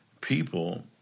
people